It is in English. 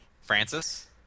francis